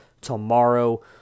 tomorrow